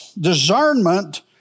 discernment